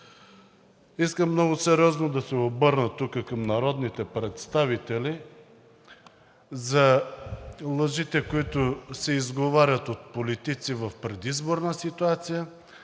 искам много сериозно да се обърна към народните представители за лъжите, които се изговарят от политици в предизборна ситуация,